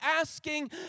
asking